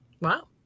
Wow